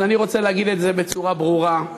אז אני רוצה להגיד את זה בצורה ברורה: